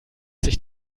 sich